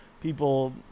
People